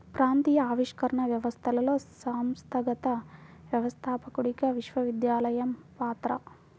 ప్రాంతీయ ఆవిష్కరణ వ్యవస్థలో సంస్థాగత వ్యవస్థాపకుడిగా విశ్వవిద్యాలయం పాత్ర